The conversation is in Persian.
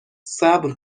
صبر